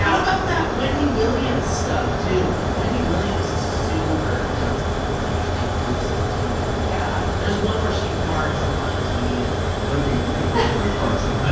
um about that wendy williams stuff too? like wendy williams has super done some interesting oops on tv. yeah. there's one where she farts on live tv i think. whoopi whoopi goldberg farts on